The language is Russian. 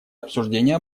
обсуждения